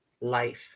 life